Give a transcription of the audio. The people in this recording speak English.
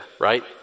right